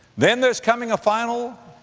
then there's coming a final,